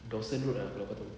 dawson road